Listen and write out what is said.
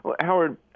Howard